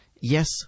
Yes